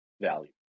value